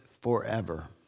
forever